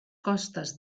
costes